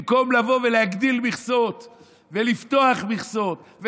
במקום לבוא ולהגדיל מכסות ולפתוח מכסות,